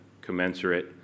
commensurate